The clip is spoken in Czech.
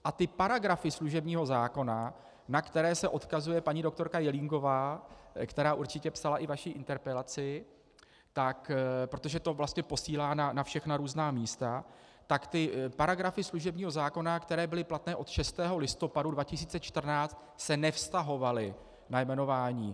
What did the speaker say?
A ty paragrafy služebního zákona, na které se odkazuje paní doktorka Jelínková, která určitě psala i vaši interpelaci, protože to vlastně posílá na všechna různá místa, tak ty paragrafy služebního zákona, které byly platné od 6. listopadu 2014, se nevztahovaly na jmenování.